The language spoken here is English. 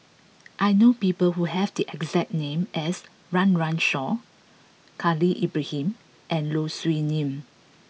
I know people who have the exact name as Run Run Shaw Khalil Ibrahim and Low Siew Nghee